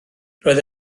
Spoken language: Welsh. roedd